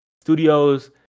studios